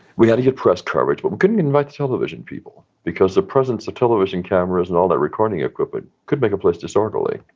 we had to get good press coverage. but we couldn't invite the television people because the presence of television cameras and all that recording equipment could make a place disorderly.